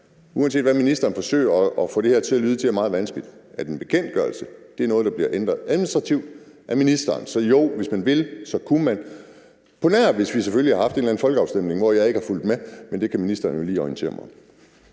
uanset om ministeren får det her til at lyde som noget, der er meget vanskeligt – at en bekendtgørelse er noget, der bliver ændret administrativt af ministeren? Altså, hvis man ville, så kunne man – undtagen, selvfølgelig, hvis vi har haft en eller anden folkeafstemning, hvor jeg ikke har fulgt med. Men det kan ministeren jo lige orientere mig om.